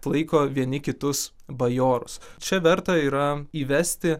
laiko vieni kitus bajorus čia verta yra įvesti